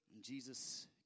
Jesus